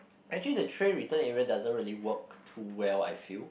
actually the tray return area doesn't really work too well I feel